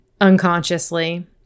Unconsciously